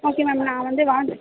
okay ma'am நான் வந்து